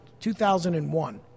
2001